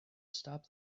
stop